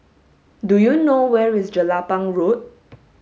do you know where is Jelapang Road